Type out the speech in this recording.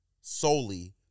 solely